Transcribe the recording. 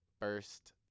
first